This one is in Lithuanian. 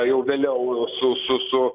jau vėliau su su su